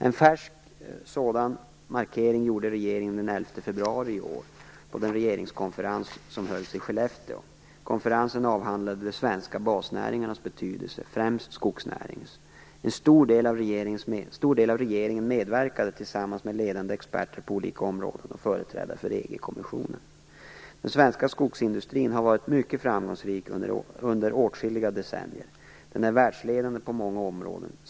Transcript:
En färsk sådan markering gjorde regeringen den 11 februari i år på den regeringskonferens som hölls i Skellefteå. Konferensen avhandlade de svenska basnäringarnas betydelse, främst skogsnäringens. En stor del av regeringen medverkade tillsammans med ledande experter på olika områden och företrädare för EG-kommissionen. Den svenska skogsindustrin har varit mycket framgångsrik under åtskilliga decennier. Den är världsledande på många områden.